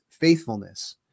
faithfulness